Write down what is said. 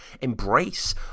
embrace